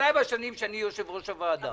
בוודאי בשנים שאני יושב-ראש הוועדה,